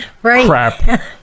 crap